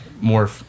more